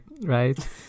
right